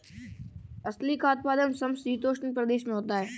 अलसी का उत्पादन समशीतोष्ण प्रदेश में होता है